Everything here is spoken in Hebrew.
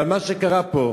אבל מה שקרה פה,